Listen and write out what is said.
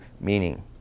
meaning